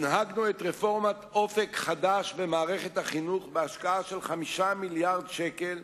הנהגנו את רפורמת "אופק חדש" במערכת החינוך בהשקעה של 5 מיליארדי שקל,